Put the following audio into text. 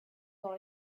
dans